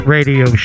Radio